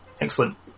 Excellent